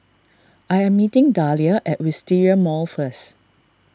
I am meeting Dahlia at Wisteria Mall first